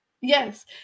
Yes